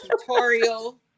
tutorial